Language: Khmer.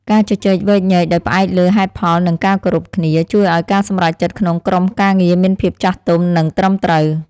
ការជជែកវែកញែកដោយផ្អែកលើហេតុផលនិងការគោរពគ្នា ជួយឱ្យការសម្រេចចិត្តក្នុងក្រុមការងារមានភាពចាស់ទុំនិងត្រឹមត្រូវ។